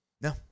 no